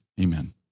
Amen